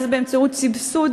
אם באמצעות סבסוד